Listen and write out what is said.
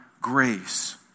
grace